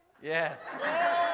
Yes